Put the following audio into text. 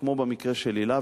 כמו במקרה של היל"ה,